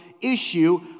issue